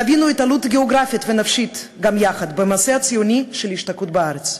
חווינו התעלות גיאוגרפית ונפשית גם יחד במעשה הציוני של השתקעות בארץ.